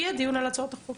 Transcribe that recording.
יהיה דיון על הצעות החוק.